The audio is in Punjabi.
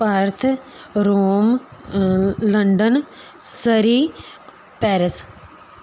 Bharat Rome London Surrey Paris